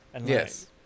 yes